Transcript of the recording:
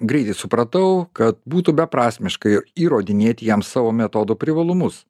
greitai supratau kad būtų beprasmiška įrodinėti jam savo metodo privalumus